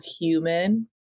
human